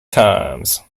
times